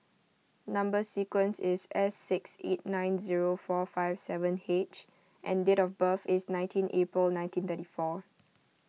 Number Sequence is S six eight nine zero four five seven H and date of birth is nineteen April nineteen thirty four